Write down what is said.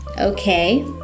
Okay